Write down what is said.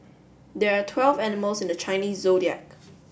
there are twelve animals in the Chinese Zodiac